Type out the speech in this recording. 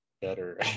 better